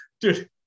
dude